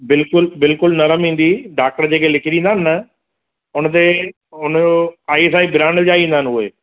बिल्कुलु बिल्कुलु नरमु ईंदी डाक्टर जेके लिखी ॾींदा आहिनि न हुन ते हुनजो हाईफ़ाई ब्रांड जा ईंदा आहिनि उहे